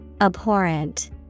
Abhorrent